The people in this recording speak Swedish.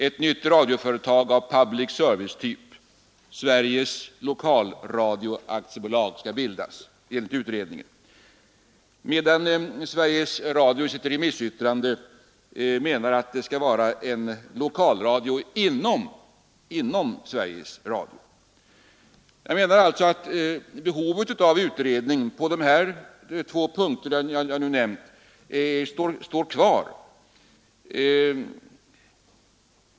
Ett nytt radioföretag av public-service-typ, Sveriges lokalradio AB, skall bildas enligt utredningen, medan Sveriges Radio i sitt remissyttrande menar att det skall vara en lokalradio inom Sveriges Radio. Jag menar alltså att behovet av en utredning på de två punkter jag nu nämnt står kvar.